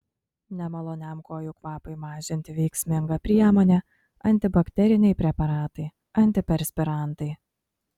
nemaloniam kojų kvapui mažinti veiksminga priemonė antibakteriniai preparatai antiperspirantai